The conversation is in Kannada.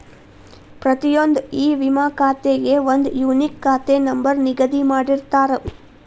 ಪ್ರತಿಯೊಂದ್ ಇ ವಿಮಾ ಖಾತೆಗೆ ಒಂದ್ ಯೂನಿಕ್ ಖಾತೆ ನಂಬರ್ ನಿಗದಿ ಮಾಡಿರ್ತಾರ